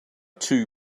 two